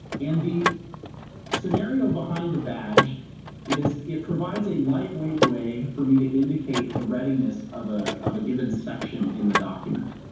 and the scenario behind the badge is it provides a lightweight way for me to indicate the readiness of ah of a given section in the document.